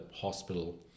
hospital